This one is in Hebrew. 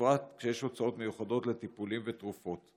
בפרט כשיש הוצאות מיוחדות על טיפולים ותרופות.